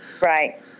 Right